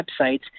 websites